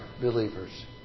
believers